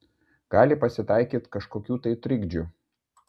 gali pasitaikyt kažkokių tai trikdžių